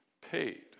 paid